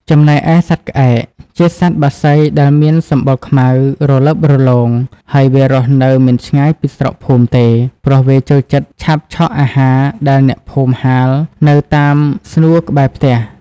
ចំណែកឯសត្វក្អែក ជាសត្វបក្សីដែលមានសម្បុរខ្មៅរលើបរលោង ហើយវារស់នៅមិនឆ្ងាយពីស្រុកភូមិទេ ព្រោះវាចូលចិត្តឆាបឆក់អាហារដែលអ្នកភូមិហាលនៅតាមស្នួរក្បែរផ្ទះ។